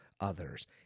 others